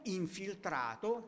infiltrato